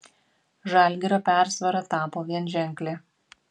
žalgirio persvara tapo vienženklė